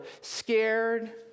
scared